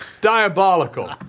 Diabolical